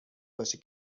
باشی